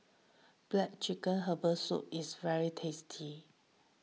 Black Chicken Herbal Soup is very tasty